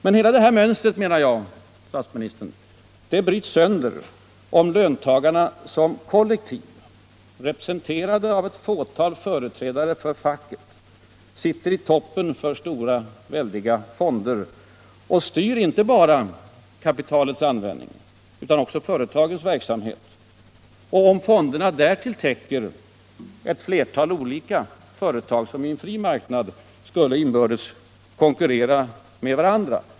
Men jag menar, herr statsminister, att hela det här mönstret bryts sönder, om löntagarna som kollektiv, representerade av ett fåtal företrädare för facket, sitter i toppen för väldiga fonder och styr inte bara kapitalets användning utan också företagens verksamhet, i synnerhet om fonderna därtill täcker ett flertal olika företag som i en fri marknad skulle inbördes konkurrera med varandra.